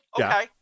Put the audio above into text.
Okay